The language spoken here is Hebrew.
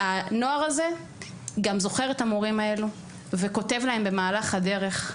הנוער הזה גם זוכר את המורים האלו וכותב להם במהלך הדרך.